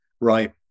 Right